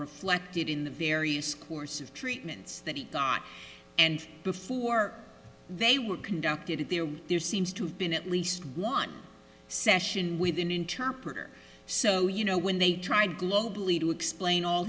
reflected in the various course of treatments that he got and before they were conducted there seems to have been at least one session with an interpreter so you know when they tried globally to explain all